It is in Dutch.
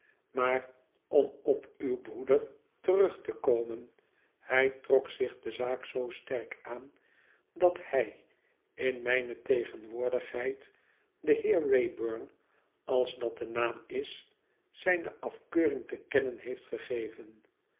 maar om op uw broeder terug te komen hij trok zich de zaak zoo sterk aan dat hij in mijne tegenwoordigheid den heer wraybum als dat de naam is zijne afkeuring te kennen heeft gegeven